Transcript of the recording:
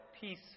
peace